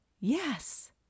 Yes